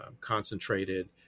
concentrated